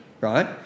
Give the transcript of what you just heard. right